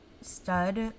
stud